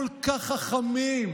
כל כך חכמים,